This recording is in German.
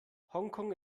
hongkong